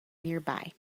nearby